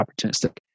opportunistic